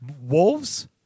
Wolves